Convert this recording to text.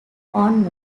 own